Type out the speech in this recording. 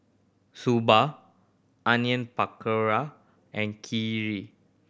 Soba Onion Pakora and Kheer